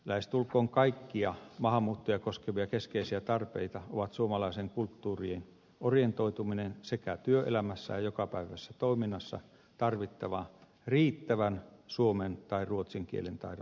lähestulkoon kaikkia maahanmuuttajia koskevia keskeisiä tarpeita ovat suomalaiseen kulttuuriin orientoituminen sekä työelämässä ja jokapäiväisessä toiminnassa tarvittavan riittävän suomen tai ruotsin kielen taidon saavuttaminen